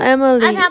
Emily